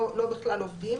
לא בכלל עובדים.